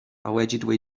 allegedly